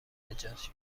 نجات